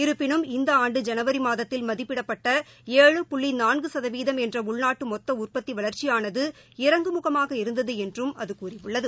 இருப்பினும் இந்தஆண்டு ஜனவரிமாதத்தில் மதிப்பிடப்பட்ட ஏழு புள்ளிநான்குசதவீதம் என்றஉள்நாட்டுமொத்தஉற்பத்திவளர்ச்சி இறங்குமுகமாக இருந்ததுஎன்றும் அதுகூறியுள்ளது